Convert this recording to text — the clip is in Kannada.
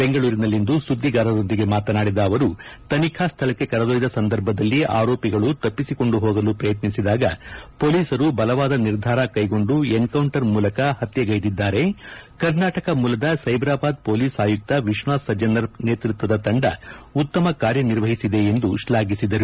ಬೆಂಗಳೂರಿನಲ್ಲಿಂದು ಸುದ್ದಿಗಾರರೊಂದಿಗೆ ಮಾತನಾಡಿದ ಅವರು ತನಿಖಾ ಸ್ಥಳಕ್ಕೆ ಕೆರೆದೊಯ್ದ ಸಂದರ್ಭದಲ್ಲಿ ಆರೋಪಿಗಳು ತಪ್ಪಿಸಿಕೊಂಡು ಹೋಗಲು ಪ್ರಯತ್ನಿಸಿದಾಗ ಹೊಲೀಸರು ಬಲವಾದ ನಿರ್ಧಾರ ಕೈಗೊಂಡು ಎನ್ಕೌಂಟರ್ ಮೂಲಕ ಪತ್ಯೆಗೈದಿದ್ದಾರೆ ಕರ್ನಾಟಕ ಮೂಲದ ಸೈಬರಾಬಾದ್ ಪೋಲಿಸ್ ಆಯುಕ್ತ ವಿಶ್ವನಾಥ್ ಸಜ್ಜನರ್ ನೇತೃತ್ವದ ತಂಡ ಉತ್ತಮ ಕಾರ್ಯನಿರ್ವಹಿಸಿದೆ ಎಂದು ಶ್ಲಾಘಿಸಿದರು